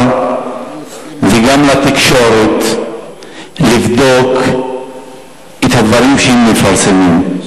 וגם לתקשורת לבדוק את הדברים שהם מפרסמים.